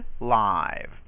live